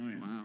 Wow